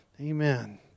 Amen